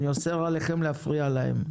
אני אוסר עליכם להפריע להם.